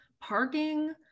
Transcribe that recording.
Parking